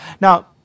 Now